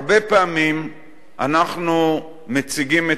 הרבה פעמים אנחנו מציגים את עצמנו,